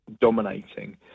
dominating